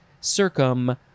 circum